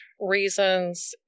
reasons